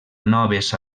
noves